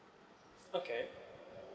okay